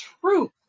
truth